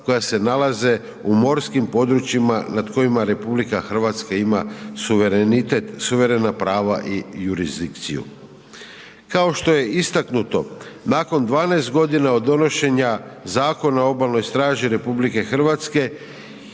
koja se nalaze u morskim područjima nad kojima RH ima suverenitet, suverena prava i jurisdikciju. Kao što je istaknuto, nakon 12 godina od donošenja Zakona o Obalnoj straži RH i njegove